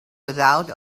without